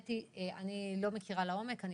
אני לא מכירה לעומק את הנושא.